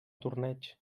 torneig